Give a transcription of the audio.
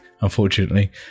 unfortunately